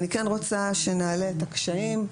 אני כן רוצה שנעלה את הקשיים,